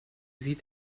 sieht